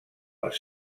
les